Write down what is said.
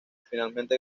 finalmente